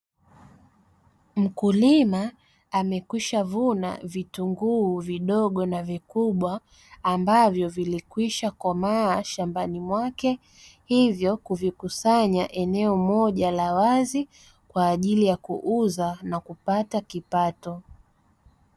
Mkulima amekwisha vuna vitunguu vidogo na vikubwa ambavyo vilikwisha komaa shambani mwake, hivyo kuvikusanya eneo moja la wazi kwa ajili ya kuuza na kupata kipato.